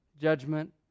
judgment